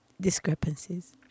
discrepancies